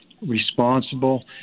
responsible